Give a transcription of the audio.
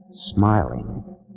smiling